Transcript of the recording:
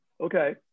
Okay